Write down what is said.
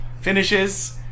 finishes